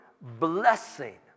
blessing